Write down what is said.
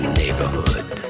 neighborhood